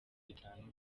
itanu